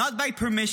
not by permission.